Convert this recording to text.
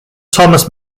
thomas